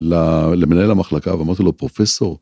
למנהל המחלקה ואמרתי לו פרופסור.